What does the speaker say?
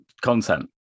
content